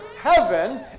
heaven